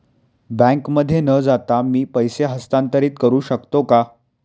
बँकेमध्ये न जाता मी पैसे हस्तांतरित करू शकतो का?